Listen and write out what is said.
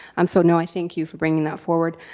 um so now i thank you for bringing that forward.